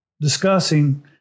discussing